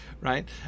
right